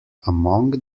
among